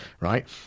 right